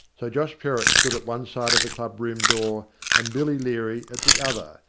so josh perrott stood at one side of the club-room door and billy leary at the other,